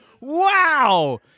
Wow